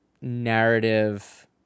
narrative